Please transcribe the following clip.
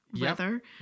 weather